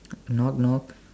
knock knock